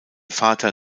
vater